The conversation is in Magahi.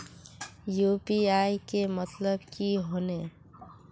यु.पी.आई के मतलब की होने?